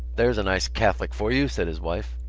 there's a nice catholic for you! said his wife.